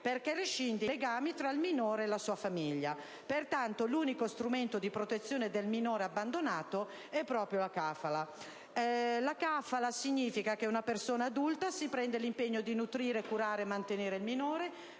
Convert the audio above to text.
perché rescinde i legami tra il minore e la sua famiglia. Pertanto, l'unico strumento di protezione del minore abbandonato è proprio la *kafala*. *Kafala* significa che una persona adulta si prende l'impegno di nutrire, curare e mantenere il minore